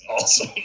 awesome